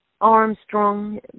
Armstrong